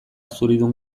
zuridun